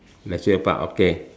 leisure park okay